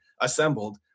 assembled